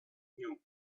new